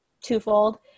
twofold